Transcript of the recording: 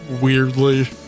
weirdly